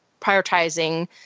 prioritizing